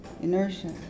inertia